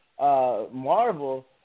Marvel